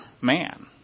man